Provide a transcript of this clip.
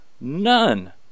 None